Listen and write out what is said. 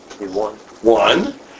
One